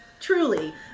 truly